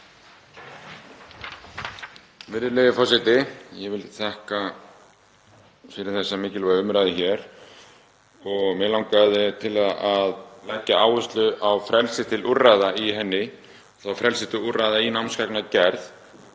Virðulegi forseti. Ég vil þakka fyrir þessa mikilvægu umræðu hér. Mig langaði til að leggja áherslu á frelsi til úrræða í henni, þá frelsi til úrræða í námsgagnagerð.